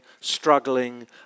struggling